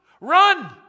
Run